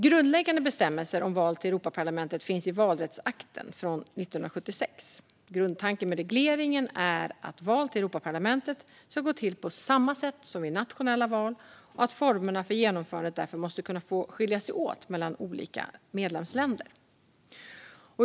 Grundläggande bestämmelser om val till Europaparlamentet finns i valrättsakten från 1976. Grundtanken med regleringen är att val till Europaparlamentet ska gå till på samma sätt som nationella val och att formerna för genomförandet därför måste kunna få skilja sig åt mellan olika medlemsländer.